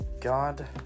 God